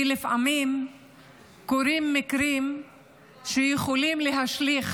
כי לפעמים קורים מקרים שיכולים להשליך